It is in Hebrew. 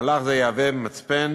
מהלך זה ישמש מצפן